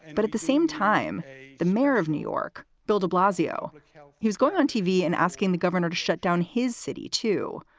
but at the same time, the mayor of new york, bill de blasio, who's going on tv and asking the governor to shut down his city, too,